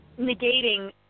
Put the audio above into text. negating